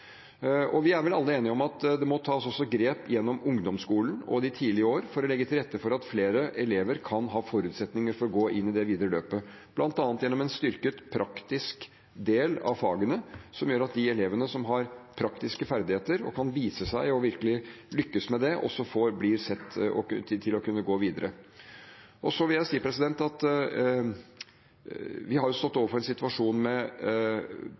Vi er vel alle enige om at det også må tas grep gjennom ungdomsskolen og de tidlige årene for å legge til rette for at flere elever kan ha forutsetninger for å gå inn i det videre løpet, bl.a. gjennom en styrket praktisk del av fagene. Det gjør at de elevene som har praktiske ferdigheter og kan vise seg virkelig å lykkes med dem, også blir sett og vil kunne gå videre. Så vil jeg si at vi har stått overfor en situasjon med